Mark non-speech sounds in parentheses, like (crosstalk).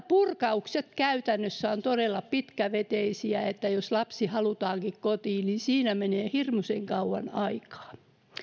(unintelligible) purkamiset käytännössä ovat todella pitkäveteisiä eli jos lapsi halutaankin kotiin siinä menee hirmuisen kauan aikaa